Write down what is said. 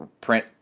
print